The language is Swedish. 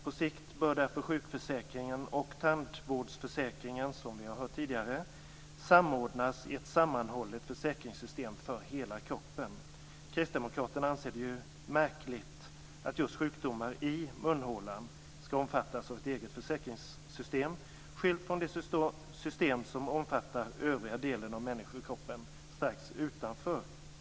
På sikt bör därför sjukförsäkringen och tandvårdsförsäkringen, som vi har hört tidigare, samordnas i ett sammanhållet försäkringssystem för hela kroppen. Kristdemokraterna anser det märkligt att just sjukdomar i munhålan skall omfattas av ett eget försäkringssystem, skilt från det system som omfattar den övriga delen av människokroppen.